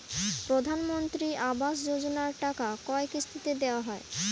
প্রধানমন্ত্রী আবাস যোজনার টাকা কয় কিস্তিতে দেওয়া হয়?